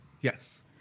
Yes